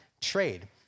trade